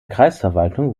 kreisverwaltung